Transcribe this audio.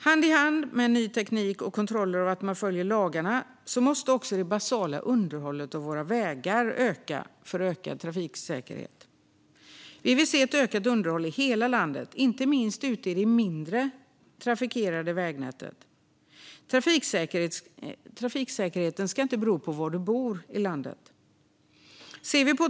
Hand i hand med ny teknik och kontroller av att man följer lagarna måste också det basala underhållet av våra vägar öka för ökad trafiksäkerhet. Vi vill se ett ökat underhåll i hela landet, inte minst ute i det mindre trafikerade vägnätet. Trafiksäkerheten ska inte bero på var i landet man bor.